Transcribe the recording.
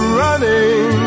running